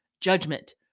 judgment